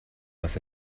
was